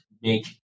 make